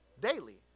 daily